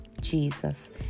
Jesus